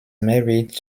married